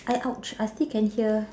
I !ouch! I still can hear